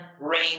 rain